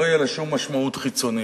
לא תהיה לה שום משמעות חיצונית.